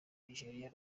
nigeria